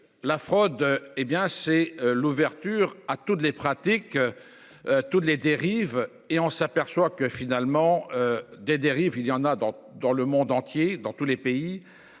La fraude, hé bien c'est l'ouverture à toutes les pratiques. Toutes les dérives et on s'aperçoit que finalement. Des dérives il y en a dans, dans le monde entier, dans tous les pays,